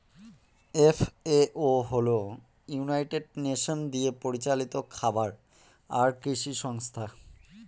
FAO হল United Nation দিয়ে পরিচালিত খাবার আর কৃষি সংস্থা